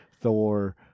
Thor